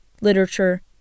literature